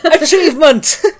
Achievement